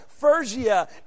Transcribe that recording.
Persia